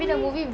oo !ee!